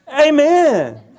Amen